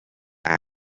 chief